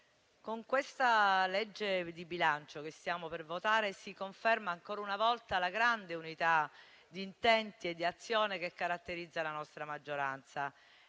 disegno di legge di bilancio che stiamo per votare si conferma ancora una volta la grande unità di intenti e di azione che caratterizza la nostra maggioranza.